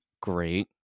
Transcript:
great